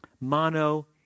Mono